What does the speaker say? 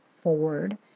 forward